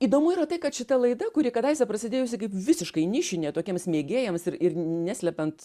įdomu yra tai kad šita laida kuri kadaise prasidėjusi kaip visiškai nišinė tokiems mėgėjams ir ir neslepiant